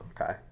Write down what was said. okay